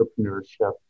entrepreneurship